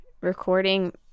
recording